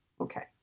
Okay